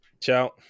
Ciao